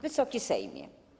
Wysoki Sejmie!